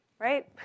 Right